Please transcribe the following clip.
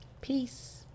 peace